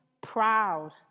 proud